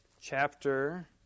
chapter